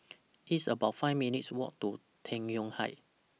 It's about five minutes' Walk to Tai Yuan Heights